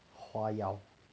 花妖